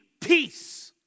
Peace